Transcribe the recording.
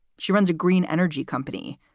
she runs a green energy company.